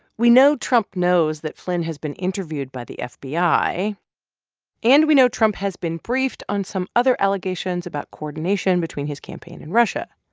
we know trump knows that flynn has been interviewed by the fbi. and and we know trump has been briefed on some other allegations about coordination between his campaign and russia.